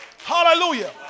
Hallelujah